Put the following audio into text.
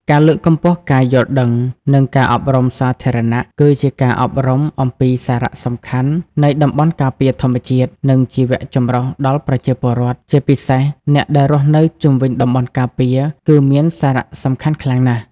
ការលើកកម្ពស់ការយល់ដឹង និងការអប់រំសាធារណៈ គឺជាការអប់រំអំពីសារៈសំខាន់នៃតំបន់ការពារធម្មជាតិ និងជីវៈចម្រុះដល់ប្រជាពលរដ្ឋ ជាពិសេសអ្នកដែលរស់នៅជុំវិញតំបន់ការពារ គឺមានសារៈសំខាន់ខ្លាំងណាស់។